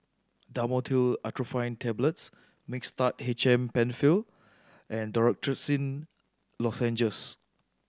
Dhamotil Atropine Tablets Mixtard H M Penfill and Dorithricin Lozenges